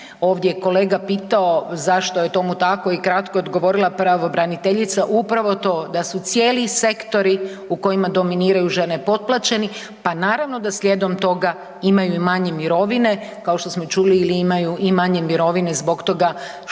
ovdje je kolega pitao zašto je tomu tako i kratko je odgovorila pravobraniteljica upravo to da su cijeli sektori u kojima dominiraju žene potplaćeni, pa naravno da slijedom toga imaju i manje mirovine kao što smo i čuli ili imaju i manje mirovine zbog toga što